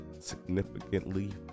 significantly